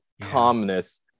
calmness